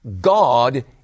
God